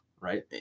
right